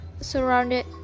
surrounded